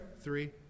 Three